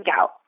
out